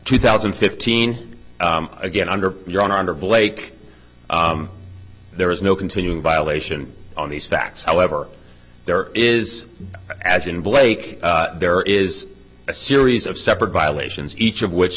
two thousand and fifteen again under your own under blake there is no continuing violation on these facts however there is as in blake there is a series of separate violations each of which